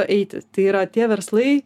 eiti tai yra tie verslai